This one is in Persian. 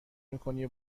میکنی